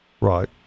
Right